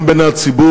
אלא גם בעיני הציבור,